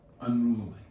unruly